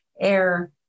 air